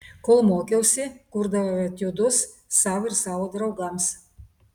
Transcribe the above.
kol mokiausi kurdavau etiudus sau ir savo draugams